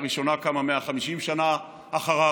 כי הראשונה קמה 150 שנה אחריו,